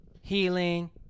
healing